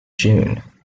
june